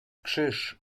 krzyż